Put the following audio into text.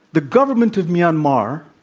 the government of myanmar